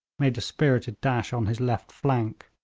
made a spirited dash on his left flank.